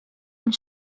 اون